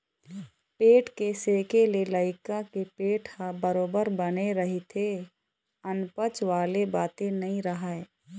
पेट के सेके ले लइका के पेट ह बरोबर बने रहिथे अनपचन वाले बाते नइ राहय